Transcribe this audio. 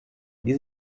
die